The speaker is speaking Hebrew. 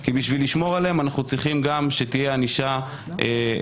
כי בשביל לשמור עליהם אנחנו צריכים גם שתהיה ענישה מרתיעה,